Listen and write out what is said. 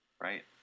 right